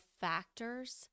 factors